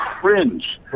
cringe